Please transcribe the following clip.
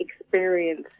experience